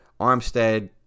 Armstead